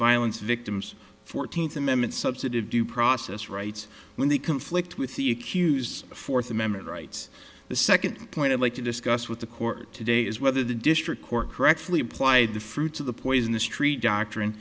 violence victims fourteenth amendment substantive due process rights when they conflict with the accused fourth amendment rights the second point i'd like to discuss with the court today is whether the district court correctly applied the fruits of the poisonous tree doctrine